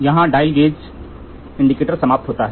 यहां dial gauge प्रकार indicator समाप्त होता हैं